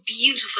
beautiful